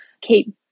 keep